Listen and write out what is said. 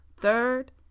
Third